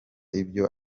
ibyo